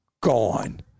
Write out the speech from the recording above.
gone